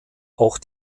auch